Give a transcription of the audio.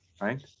right